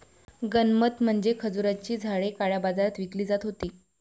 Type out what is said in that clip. गंमत म्हणजे खजुराची झाडे काळ्या बाजारात विकली जात होती